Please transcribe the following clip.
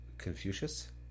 Confucius